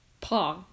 Paw